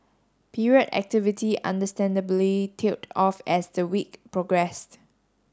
period activity understandably tailed off as the week progressed